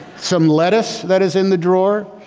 some lettuce that is in the drawer.